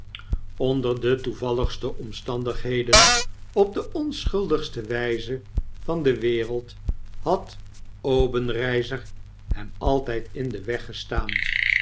onder de toevalligste omstandigheden op de onschuldigste wgze van de wereld had obenreizer hem altgd in den weg gestaan